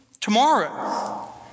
tomorrow